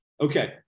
Okay